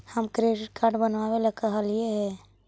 हम credit card बनावे ला कहलिऐ हे?